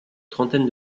trentaine